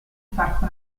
parco